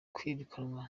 kwirukanwa